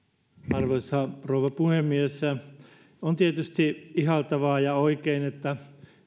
arvoisa rouva puhemies on tietysti ihailtavaa ja oikein että